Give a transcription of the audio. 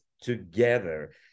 together